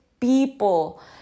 people